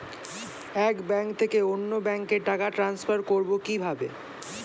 এক ব্যাংক থেকে অন্য ব্যাংকে টাকা ট্রান্সফার করবো কিভাবে?